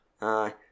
Aye